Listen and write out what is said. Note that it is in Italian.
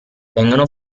vengono